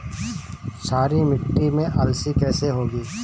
क्षारीय मिट्टी में अलसी कैसे होगी?